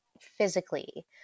physically